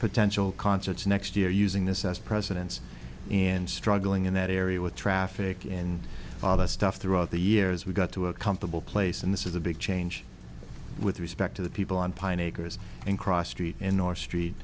potential concerts next year using this as presidents and struggling in that area with traffic in other stuff throughout the years we got to a comfortable place and this is a big change with respect to the people on pine acres and cross street in north street